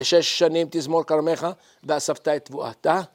שש שנים תזמור כרמך ואספת את תבואתה